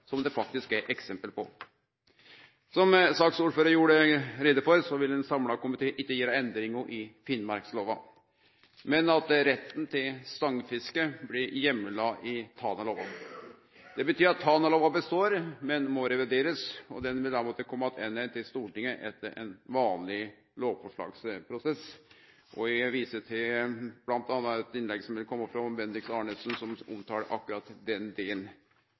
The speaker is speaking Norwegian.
eksempel på. Som saksordføraren gjorde greie for, vil ein samla komité ikkje gjere endringar i finnmarkslova, men vil heimle retten til stongfiske i Tanalova. Det betyr at Tanalova består, men ho må reviderast. Ho vil måtte komme attende til Stortinget etter ein vanleg lovforslagsprosess. Eg viser til bl.a. eit innlegg som vil komme frå Bendiks Arnesen, som omtalar akkurat den delen.